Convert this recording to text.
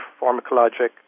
pharmacologic